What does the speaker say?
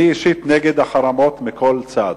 אני אישית נגד החרמות מכל צד.